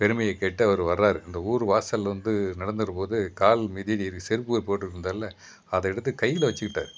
பெருமையை கேட்டு அவர் வராரு அந்த ஊர் வாசலில் வந்து நடந்து வரம் போது கால் மிதியடி செருப்புகள் போட்டு இருந்தார்ல அதை எடுத்து கையில் வச்சிக்கிட்டார்